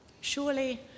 Surely